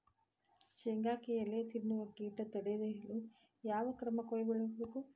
ಶೇಂಗಾಕ್ಕೆ ಎಲೆ ತಿನ್ನುವ ಕೇಟ ತಡೆಯಲು ಯಾವ ಕ್ರಮ ಕೈಗೊಳ್ಳಬೇಕು?